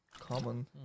common